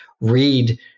read